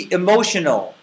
emotional